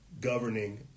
governing